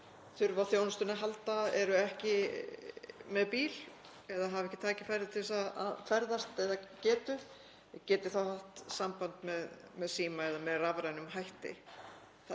þurfa á þjónustunni að halda en eru ekki með bíl eða hafa ekki tækifæri til að ferðast eða getu, geti haft samband með síma eða með rafrænum hætti.